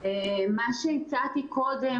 מה שהצעתי קודם,